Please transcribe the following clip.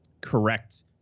correct